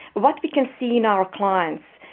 what we can see in our clients,